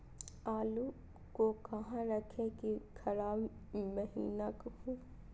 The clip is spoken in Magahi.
आलू को कहां रखे की खराब महिना हो?